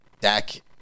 Dak